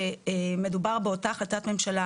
שמדובר באותה החלטת ממשלה,